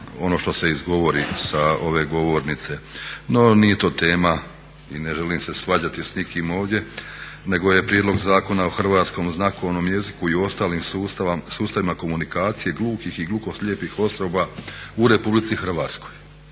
ono što se izgovori sa ove govornice. No, nije to tema i ne želim se svađati s nikim ovdje nego je prijedlog Zakona o hrvatskom znakovnom jeziku i ostalim sustavima komunikacije gluhih i gluhoslijepih osoba u RH. Jučer smo